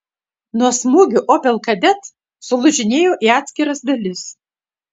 nuo smūgių opel kadett sulūžinėjo į atskiras dalis